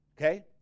Okay